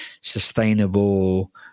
sustainable